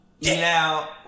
Now